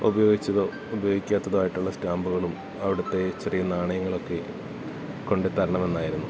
ഉപയോഗിച്ചതോ ഉപയോഗിക്കാത്തതോ ആയിട്ടുള്ള സ്റ്റാമ്പുകളും അവിടുത്തെ ചെറിയ നാണയങ്ങളൊക്കെ കൊണ്ട് തരണമെന്നായിരുന്നു